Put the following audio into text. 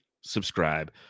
subscribe